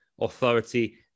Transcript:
authority